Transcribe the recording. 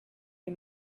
you